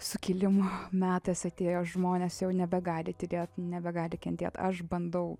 sukilimo metas atėjo žmonės jau nebegali tylėt nebegali kentėt aš bandau